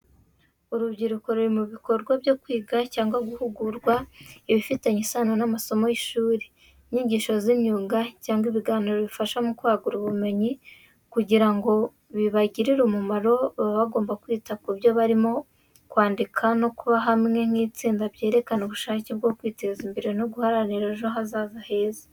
Urubyiruko ruri mu bikorwa byo kwiga cyangwa guhugurwa, ibifitanye isano n’amasomo y’ishuri, inyigisho z’imyuga, cyangwa ibiganiro bifasha mu kwagura ubumenyi. Kugira ngo bibagirire umumaro baba bagomba kwita ku byo barimo, kwandika no kuba hamwe nk’itsinda byerekana ubushake bwo kwiteza imbere no guharanira ejo hazaza heza.